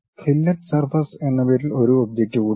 fillet surface എന്ന പേരിൽ ഒരു ഒബ്ജക്റ്റ് കൂടി ഉണ്ട്